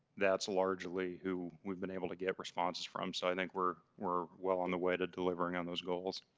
that's largely who we have been able to get responses from so i think we're we're well on the way to delivering on those goals.